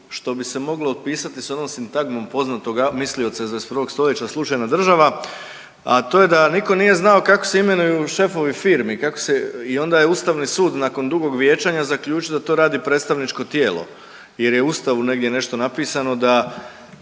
što bi se moglo opisati s onom sintagmom poznatoga mislioca iz 21. stoljeća slučajna država, a to je da niko nije znao kako se imenuju šefovi firmi, kako se i onda je ustavni sud nakon dugog vijećanja zaključio da to radi predstavničko tijelo jer je u ustavu negdje nešto napisano da